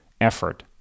effort